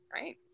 right